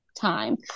time